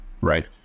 right